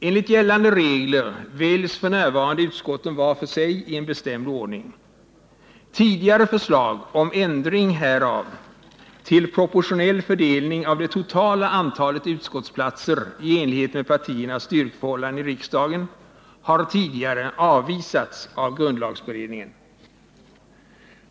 Enligt gällande regler väljs utskotten vart för sig i en bestämd ordning. Tidigare förslag om ändring härav till proportionell fördelning av det totala antalet utskottsplatser i enlighet med partiernas styrkeförhållanden i riksdagen har avvisats av grundlagberedningen.